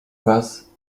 was